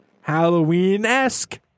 Halloween-esque